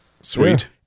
Sweet